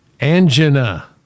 angina